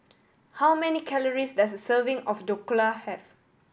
how many calories does a serving of Dhokla have